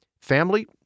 Family